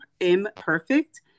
imperfect